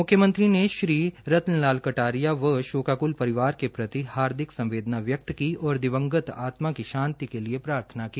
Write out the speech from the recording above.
मुख्यमंत्री ने श्री रतन लाल कटारिया व शोकाकुल परिवार के प्रति हार्दिक संवेदना व्यक्त की और दिवंगत आत्मा की शान्ति के लिए प्रार्थना की